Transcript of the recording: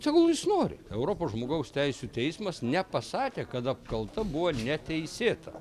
tegul jis nori europos žmogaus teisių teismas nepasakė kad apkalta buvo neteisėta